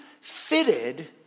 fitted